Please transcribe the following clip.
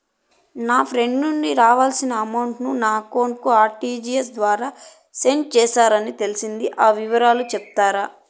నా ఫ్రెండ్ నుండి రావాల్సిన అమౌంట్ ను నా అకౌంట్ కు ఆర్టిజియస్ ద్వారా సెండ్ చేశారు అని తెలిసింది, ఆ వివరాలు సెప్తారా?